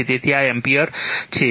તેથી આ એમ્પીયર છે